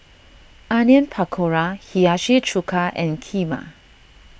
Onion Pakora Hiyashi Chuka and Kheema